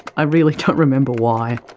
i really don't remember why.